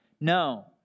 No